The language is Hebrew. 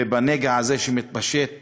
ובנגע הזה שמתפשט